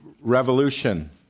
revolution